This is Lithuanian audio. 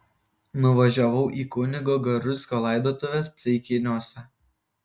nuvažiavau į kunigo garucko laidotuves ceikiniuose